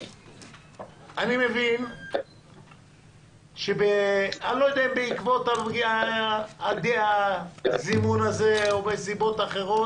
אני לא יודע אם בעקבות הזימון הזה או מסיבות אחרת